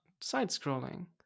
side-scrolling